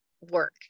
work